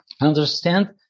Understand